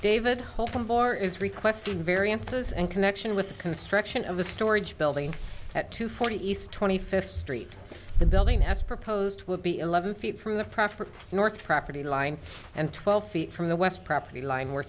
david hoping for is requesting variances in connection with the construction of the storage building at two forty east twenty fifth street the building has proposed will be eleven feet from the property north property line and twelve feet from the west property line where